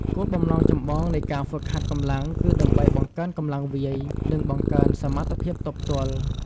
គោលបំណងចម្បងនៃការហ្វឹកហាត់កម្លាំងគឺដើម្បី បង្កើនកម្លាំងវាយ និងបង្កើនសមត្ថភាពទប់ទល់។